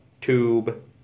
tube